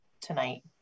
tonight